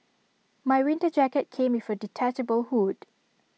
my winter jacket came with A detachable hood